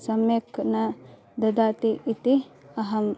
सम्यक् न ददाति इति अहम्